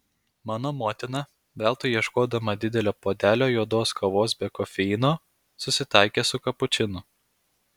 mano motina veltui ieškodama didelio puodelio juodos kavos be kofeino susitaikė su kapučinu